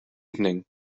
evening